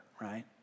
right